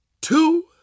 two